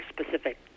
specific –